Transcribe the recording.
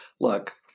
Look